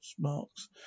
marks